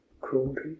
cruelty